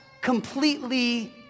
completely